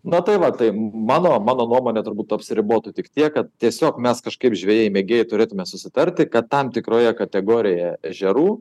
na tai va tai mano mano nuomone turbūt apsiribotų tik tiek kad tiesiog mes kažkaip žvejai mėgėjai turėtume susitarti kad tam tikroje kategorijoje ežerų